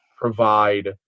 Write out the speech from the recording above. provide